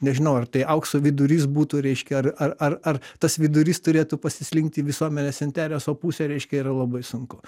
nežinau ar tai aukso vidurys būtų reiškia ar ar ar tas vidurys turėtų pasislinkt į visuomenės intereso pusę reiškia yra labai sunku